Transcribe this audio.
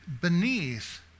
beneath